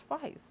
twice